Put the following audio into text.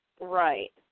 Right